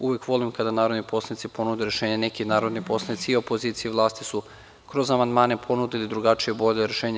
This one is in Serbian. Uvek volim kada narodni poslanici ponude rešenje, neki narodni poslanici i opozicije i vlasti su kroz amandmane ponudili drugačije rešenje.